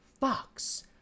Fox